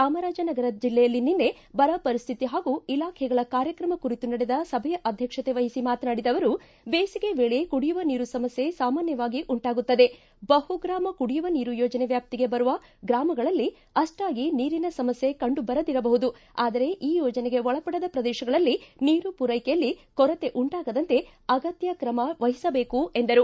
ಚಾಮರಾಜನಗರ ಜಿಲ್ಲೆಯಲ್ಲಿ ನಿನ್ನೆ ಬರ ಪರಿಸ್ಠಿತಿ ಹಾಗೂ ಇಲಾಖೆಗಳ ಕಾರ್ಯಕ್ರಮ ಕುರಿತು ನಡೆದ ಸಭೆಯ ಅಧ್ಯಕ್ಷತೆ ವಹಿಸಿ ಮಾತನಾಡಿದ ಅವರು ಬೇಟಿಗೆ ವೇಳೆ ಕುಡಿಯುವ ನೀರು ಸಮಸ್ಥೆ ಸಾಮಾನ್ಯವಾಗಿ ಉಂಟಾಗುತ್ತದೆ ಬಹುಗ್ರಮ ಕುಡಿಯುವ ನೀರು ಯೋಜನೆ ವ್ಯಾಪ್ತಿಗೆ ಬರುವ ಗ್ರಾಮಗಳಲ್ಲಿ ನೀರಿನ ಸಮಸ್ಯ ಕಂಡು ಬರದಿರಬಹುದು ಆದರೆ ಈ ಯೋಜನೆಗೆ ಒಳಪಡದ ಪ್ರದೇತಗಳಲ್ಲಿ ನೀರು ಪೂರೈಕೆಯಲ್ಲಿ ಕೊರತೆ ಉಂಟಾಗದಂತೆ ಅಗತ್ಯಕ್ರಮ ವಹಿಸಬೇಕು ಎಂದರು